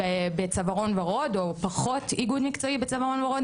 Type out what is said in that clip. בצווארון וורוד או פחות איגוד מקצועי בצווארון וורוד.